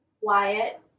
Wyatt